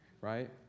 right